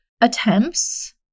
attempts